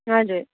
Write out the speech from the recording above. हजुर